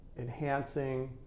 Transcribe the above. enhancing